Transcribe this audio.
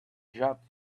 judge